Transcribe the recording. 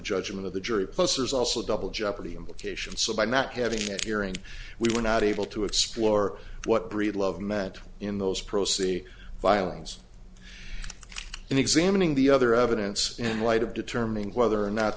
judgment of the jury plus there's also double jeopardy implications so by not having that hearing we were not able to explore what breedlove meant in those pro see violence and examining the other evidence in light of determining whether or not